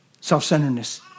Self-centeredness